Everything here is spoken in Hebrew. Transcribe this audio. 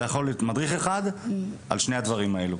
זה היה יכול להיות מדריך אחד על שני הדברים האלו.